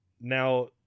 Now